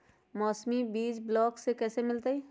मौसमी बीज ब्लॉक से कैसे मिलताई?